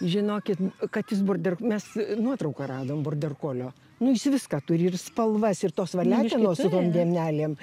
žinokit kad jis bur mes nuotrauką radom borderkolio nu jis viską turi ir spalvas ir tos va letinos su tom dėmelėm